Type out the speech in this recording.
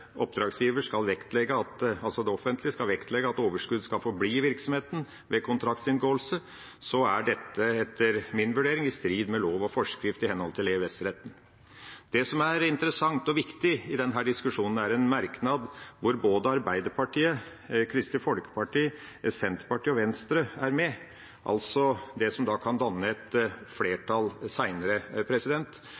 overskudd skal forbli i virksomheten, er dette etter min vurdering i strid med lov og forskrift i henhold til EØS-retten. Det som er interessant og viktig i denne diskusjonen, er en merknad hvor både Arbeiderpartiet, Kristelig Folkeparti, Senterpartiet og Venstre er med, altså det som kan danne et